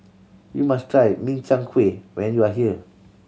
you must try Min Chiang Kueh when you are here